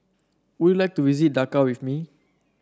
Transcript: would you like to visit Dakar with me